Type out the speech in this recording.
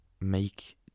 make